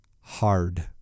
hard